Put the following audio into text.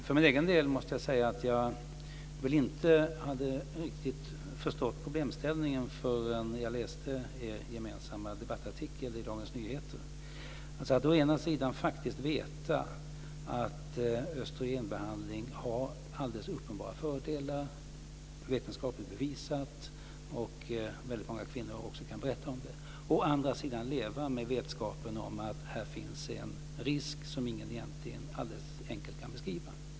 För egen del måste jag säga att jag inte riktigt hade förstått problemställningen förrän jag läste er gemensamma debattartikel i Dagens Nyheter: att å ena sidan veta att östrogenbehandling har alldeles uppenbara fördelar - vetenskapligt bevisade och omvittnade av många kvinnor - och å andra sidan leva med vetskapen om att här finns en risk som ingen enkelt kan beskriva.